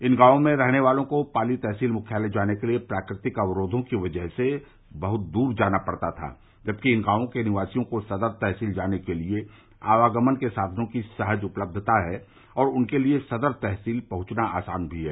इन गांवों में रहने वालों को पाली तहसील मुख्यालय जाने के लिए प्राकृतिक अवरोघों की वजह से बहुत दूर जाना पड़ता था जबकि इन गांवों के निवासियों को सदर तहसील जाने के लिए आवागमन के साधनों की सहज उपलब्धता है और उनके लिए सदर तहसील पहंचना आसान भी है